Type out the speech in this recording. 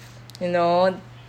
you know